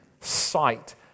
sight